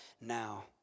now